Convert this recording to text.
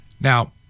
Now